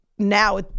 Now